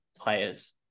players